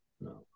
no